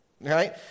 Right